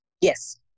Yes